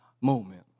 moment